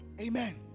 Amen